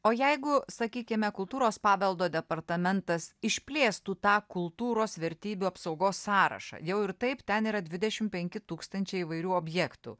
o jeigu sakykime kultūros paveldo departamentas išplėstų tą kultūros vertybių apsaugos sąrašą jau ir taip ten yra dvidešimt penki tūkstančiai įvairių objektų